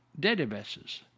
databases